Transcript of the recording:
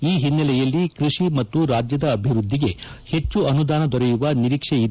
ಈ ಹಿನ್ನೆಲೆಯಲ್ಲಿ ಕೃಷಿ ಮತ್ತು ರಾಜ್ಯದ ಅಭಿವೃದ್ಧಿಗೆ ಹೆಚ್ಚು ಅನುದಾನ ದೊರೆಯುವ ನಿರೀಕ್ಷೆ ಇದೆ ಎಂದರು